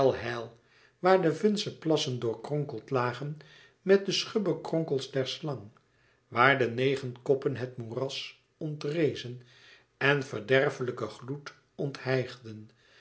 waar de vunze plassen doorkronkeld lagen met de schubbekronkels der slang waar de negen koppen het moeras ontrezen en verderfelijken gloed onthijgden